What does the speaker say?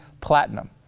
platinum